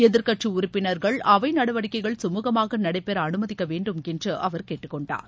எதிர்க்கட்சி உறுப்பினர்கள் அவை நடவடிக்கைகள் சுமூகமாக நடைபெற அனுமதிக்க வேண்டும் என்று அவர் கேட்டுக் கொண்டார்